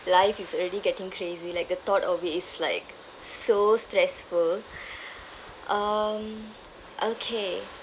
life is already getting crazy like the thought of it is like so stressful um okay